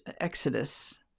Exodus